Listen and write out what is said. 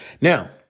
Now